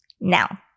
Now